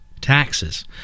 Taxes